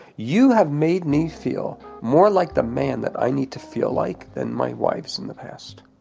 you have made me feel, more like the man that i need to feel like than my wives in the past.